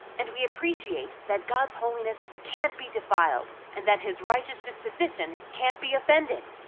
and we appreciate that god's holiness can't be defiled, and that his righteous disposition can't be offended.